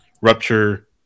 Rupture